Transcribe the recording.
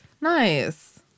nice